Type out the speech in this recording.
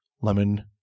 Lemon